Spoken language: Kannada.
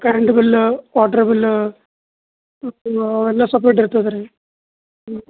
ಕರೆಂಟ್ ಬಿಲ್ ವಾಟ್ರ್ ಬಿಲ್ ಅವೆಲ್ಲ ಸಪ್ರೇಟ್ ಇರ್ತದೆ ರೀ ಹ್ಞೂ